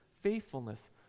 faithfulness